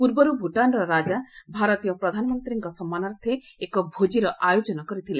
ପୂର୍ବରୁ ଭୁଟାନ୍ର ରାଜା ଭାରତୀୟ ପ୍ରଧାନମନ୍ତ୍ରୀଙ୍କ ସମ୍ମାନାର୍ଥେ ଏକ ଭୋଜିର ଆୟୋଜନ କରିଥିଲେ